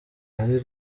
ari